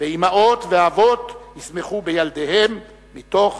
ואמהות ואבות ישמחו בילדיהם מתוך